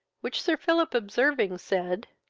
which sir philip observing, said,